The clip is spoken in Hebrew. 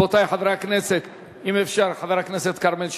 אוה, השר לביטחון פנים נכנס.